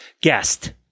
guest